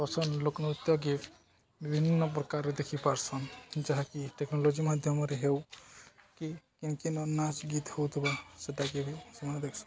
ପସନ୍ଦ ଲୋକନୃତ୍ୟକେ ବିଭିନ୍ନ ପ୍ରକାର ଦେଖିପାର୍ସନ୍ ଯାହାକି ଟେକ୍ନୋଲୋଜି ମାଧ୍ୟମରେ ହେଉ କି କେନ୍ କେ ନ ନାଚ ଗୀତ ହଉଥିବା ସେଟାକି ବି ସେମାନେ ଦେଖସନ୍